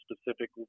specific